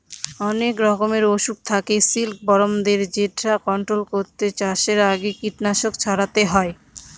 অনেক রকমের অসুখ থাকে সিল্কবরমদের যেটা কন্ট্রোল করতে চাষের আগে কীটনাশক ছড়াতে হয়